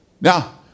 Now